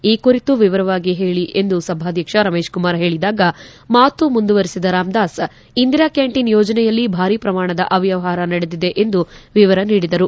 ಈ ಕುರಿತು ವಿವರವಾಗಿ ಹೇಳ ಎಂದು ಸಭಾಧ್ಯಕ್ಷ ರಮೇಶ್ ಕುಮಾರ್ ಹೇಳದಾಗ ಮಾತು ಮುಂದುವರಿಸಿದ ರಾಮದಾಸ್ ಇಂದಿರಾ ಕ್ಯಾಂಟೀನ್ ಯೋಜನೆಯಲ್ಲಿ ಭಾರೀ ಪ್ರಮಾಣದ ಅವ್ಹವಹಾರ ನಡೆದಿದೆ ಎಂದು ವಿವರ ನೀಡಿದರು